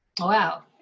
Wow